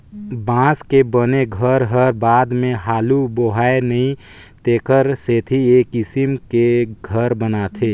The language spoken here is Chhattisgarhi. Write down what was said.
बांस के बने घर हर बाद मे हालू बोहाय नई तेखर सेथी ए किसम के घर बनाथे